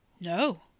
No